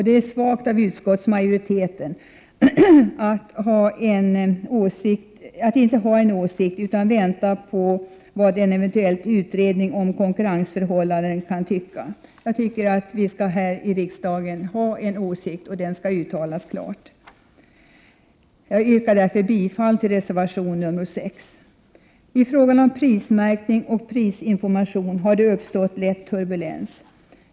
Det är svagt av utskottsmajoriteten att den inte har en åsikt utan vill vänta på vad utredningen om konkurrensförhållandena eventuellt skall tycka. Vi här i riksdagen skall ha en åsikt, och den skall uttalas klart. Jag yrkar därför bifall till reservation 6. I frågan om prismärkning och prisinformation har det uppstått lätt turbulens.